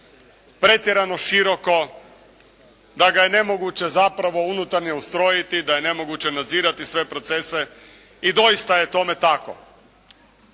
pretjerano široko, da ga je nemoguće zapravo unutarnje ustrojiti, da je nemoguće nadzirati sve procese i doista je tome tako.